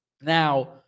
now